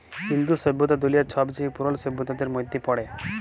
ইন্দু সইভ্যতা দুলিয়ার ছবচাঁয়ে পুরল সইভ্যতাদের মইধ্যে পড়ে